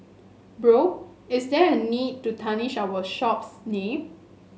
Bro is there a need to tarnish our shop's name